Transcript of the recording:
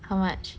how much